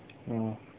mm